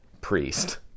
priest